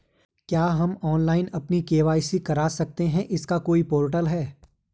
क्या हम ऑनलाइन अपनी के.वाई.सी करा सकते हैं इसका कोई पोर्टल है?